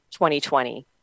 2020